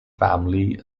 family